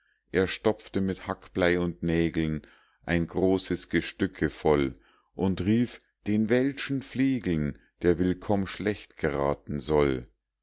er stopfte mit hackblei und nägeln ein großes gestücke voll und rief den welschen flegeln der willkomm schlecht geraten soll